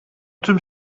tüm